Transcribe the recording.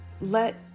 Let